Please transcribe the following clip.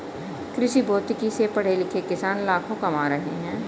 कृषिभौतिकी से पढ़े लिखे किसान लाखों कमा रहे हैं